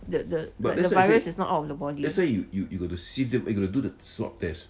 that the but the virus is not out of the body